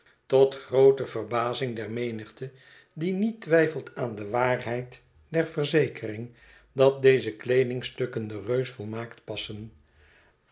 tot groote verbazing der menigte die niet twijfelt aan de waarheid der verzekering dat deze kleedingstukken den reus volmaakt passen